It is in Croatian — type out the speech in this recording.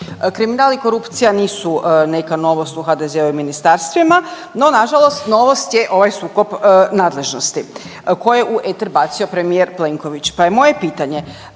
Kriminal i korupcija nisu neka novost u HDZ-u i ministarstvima, no na žalost novost je ovaj sukob nadležnosti koje je u eter bacio premijer Plenković